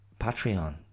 Patreon